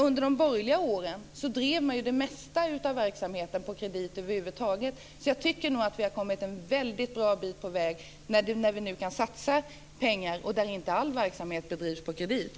Under de borgerliga åren drev man ju det mesta av verksamheten på kredit över huvud taget, så jag tycker nog att vi har kommit en väldigt bra bit på väg när vi nu kan satsa pengar och när inte all verksamhet bedrivs på kredit.